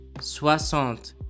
Soixante